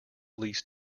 least